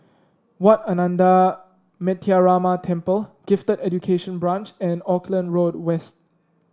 Wat Ananda Metyarama Temple Gifted Education Branch and Auckland Road West